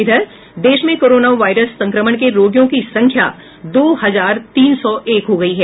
इधर देश में कोरोना वायरस संक्रमण के रोगियों की संख्या दो हजार तीन सौ एक हो गई है